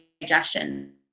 digestion